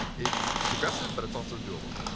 it's it's aggressive, but it's also doable.